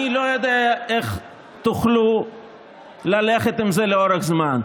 אני לא יודע איך תוכלו ללכת עם זה לאורך זמן,